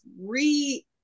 re